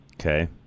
Okay